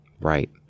Right